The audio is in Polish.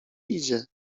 idzie